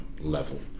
level